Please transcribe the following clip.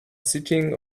sitting